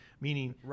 meaning